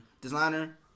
designer